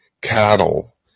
cattle